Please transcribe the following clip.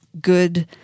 good